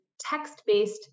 text-based